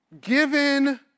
Given